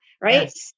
right